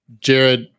Jared